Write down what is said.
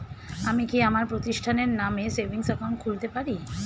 আমি কি আমার প্রতিষ্ঠানের নামে সেভিংস একাউন্ট খুলতে পারি?